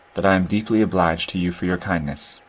that i am deeply obliged to you for your kindness.